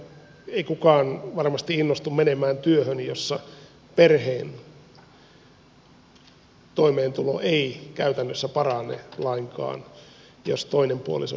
ei kukaan varmasti innostu menemään työhön jos perheen toimeentulo ei käytännössä parane lainkaan jos toinen puolisoista työllistyy